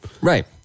Right